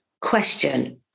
question